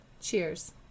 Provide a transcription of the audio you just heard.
Cheers